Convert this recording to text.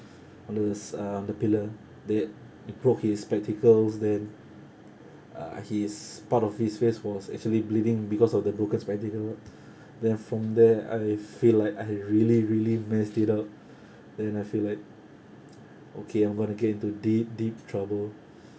on the s~ uh the pillar that broke his spectacles then uh his part of his face was actually bleeding because of the broken spectacles then from there I feel like I really really messed it up then I feel like okay I'm going to get into deep deep trouble